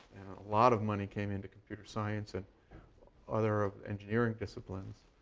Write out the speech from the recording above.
lot of money came into computer science and other engineering disciplines.